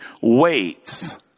waits